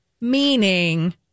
meaning